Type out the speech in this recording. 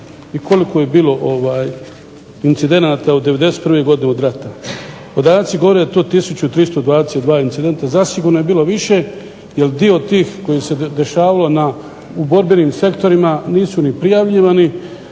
i koliko je bilo incidenata u 91. godini od rata, podaci govore da je to 1322 incidenta, zasigurno je bilo više jer dio tih koji se dešavalo u borbenim sektorima nisu ni prijavljivani